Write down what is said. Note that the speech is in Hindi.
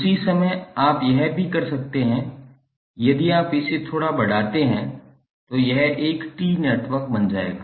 उसी समय आप यह भी कर सकते हैं यदि आप इसे थोड़ा बढ़ाते हैं तो यह एक T नेटवर्क बन जाएगा